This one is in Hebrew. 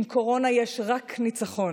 עם קורונה יש רק ניצחון,